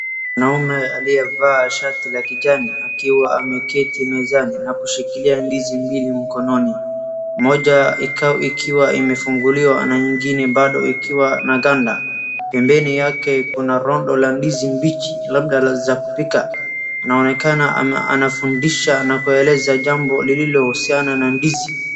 Mwanaume aliyevaa shati ya kijani akiwa ameketi mezani na akishikilia ndizi mbili mkononi, moja imefunguliwa na nyingine bado ikiwa na ganda na pembeni yake kuna rondo la ndizi mbichi labda za kupika inaonekana anafundisha na kuelezea jambo lilohusiana na ndizi.